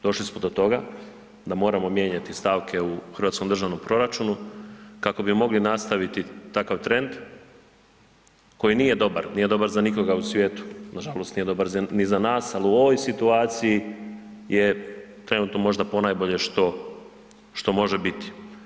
Došli smo do toga da moramo mijenjati stavke u hrvatskom državnom proračunu kako bi mogli nastaviti takav trend koji nije dobar, nije dobar za nikoga u svijetu, nažalost nije dobar ni za nas, ali u ovoj situaciji je trenutno možda ponajbolje što može biti.